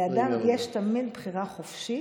לאדם יש תמיד בחירה חופשית,